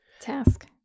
task